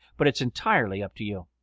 but its entirely up to you.